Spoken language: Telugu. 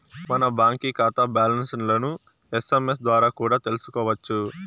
మన బాంకీ కాతా బ్యాలన్స్లను ఎస్.ఎమ్.ఎస్ ద్వారా కూడా తెల్సుకోవచ్చు